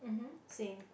mmhmm same